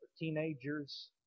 Teenagers